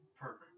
perfect